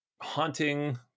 haunting